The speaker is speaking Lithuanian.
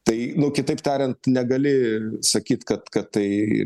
tai nu kitaip tariant negali sakyt kad kad tai